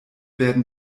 werden